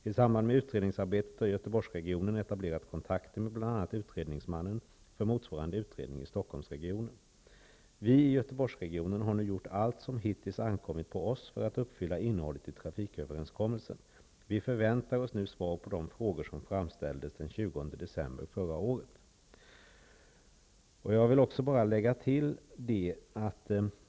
I samband med utredningsarbetet har GöteborgsRegionen etablerat kontakter med bl.a. utredningsmannen för motsvarande utredning i Stockholmsregionen. Vi i göteborgsregionen har nu gjort allt som hittills ankommit på oss för att uppfylla innehållet i trafiköverenskommelsen. Vi förväntar oss nu svar på de frågor som framställdes den 20 december förra året.''